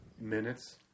minutes